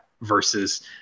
versus